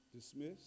dismiss